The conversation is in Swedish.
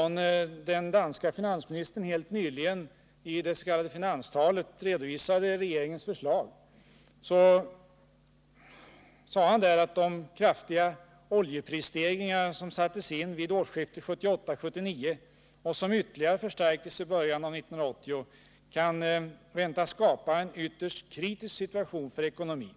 När den danske finansministern helt nyligen i det s.k. finanstalet redovisade regeringens förslag, så sade han att de kraftiga oljeprisstegringarna, som inträffade vid årsskiftet 1978-1979 och ytterligare förstärktes i början av 1980, kan väntas skapa en ytterst kritisk situation för ekonomin.